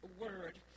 word